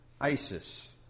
ISIS